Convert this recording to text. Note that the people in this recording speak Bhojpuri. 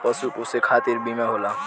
पशु पोसे खतिर बीमा होला